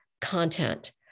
content